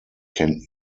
can